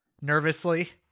nervously